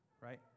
right